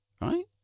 Right